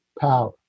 power